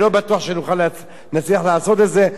אני לא בטוח שנצליח לעשות את זה,